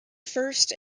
first